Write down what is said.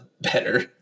better